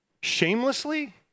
shamelessly